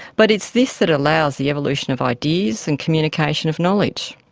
but it's this that allows the evolution of ideas and communication of knowledge.